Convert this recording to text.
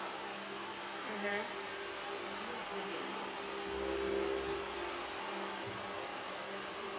mmhmm